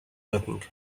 docking